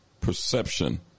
perception